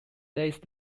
days